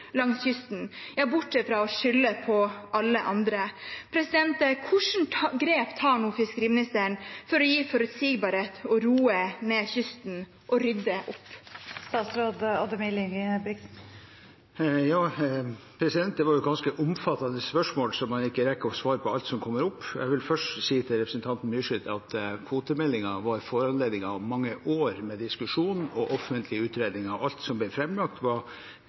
langs kysten – ja, bortsett fra å skylde på alle andre? Hvilke grep tar fiskeriministeren nå for å gi forutsigbarhet og roe ned kysten og rydde opp? Det var et ganske omfattende spørsmål, og jeg rekker ikke å svare på alt som kom opp. Jeg vil først si til representanten Myrseth at kvotemeldingen var foranlediget av mange år med diskusjon og offentlige utredninger. Alt som ble